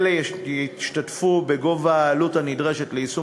אלה ישתתפו במימון העלות הנדרשת ליישום